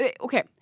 okay